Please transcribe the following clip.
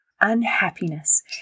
unhappiness